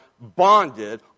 bonded